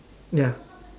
ya